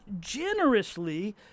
generously